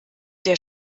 der